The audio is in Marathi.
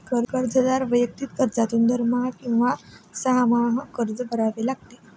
कर्जदाराला वैयक्तिक कर्जातून दरमहा किंवा सहामाही कर्ज भरावे लागते